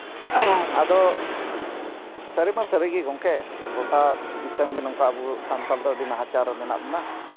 ᱦᱮᱸ ᱟᱫᱚ ᱥᱟᱹᱨᱤᱢᱟ ᱥᱟᱹᱨᱤᱜᱮ ᱜᱚᱢᱠᱮ ᱜᱳᱴᱟ ᱫᱤᱥᱚᱢᱜᱮ ᱱᱚᱝᱠᱟ ᱟᱵᱚ ᱥᱟᱱᱛᱟᱞ ᱫᱚ ᱟᱹᱰᱤ ᱱᱟᱦᱟᱪᱟᱨ ᱨᱮ ᱢᱮᱱᱟᱜ ᱵᱚᱱᱟ